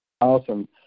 Awesome